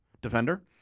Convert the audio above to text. Defender